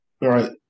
Right